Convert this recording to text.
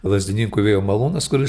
lazdininkų vėjo malūnas kuris